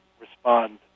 respond